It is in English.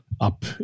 up